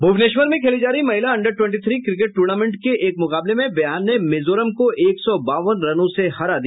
भुवनेश्वर में खेली जा रही महिला under twenty three cricket tournament के एक मुकाबले में बिहार ने मिजोरम को एक सौ बावन रनों से हरा दिया